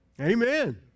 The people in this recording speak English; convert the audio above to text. Amen